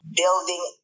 building